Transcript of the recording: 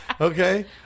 Okay